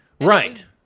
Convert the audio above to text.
right